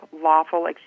lawful